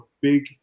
big